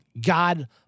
God